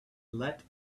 let